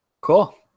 cool